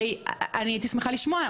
הייתי שמחה לשמוע,